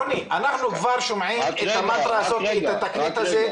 רוני, אנחנו שומעים את המנטרה הזאת כבר עשר שנים.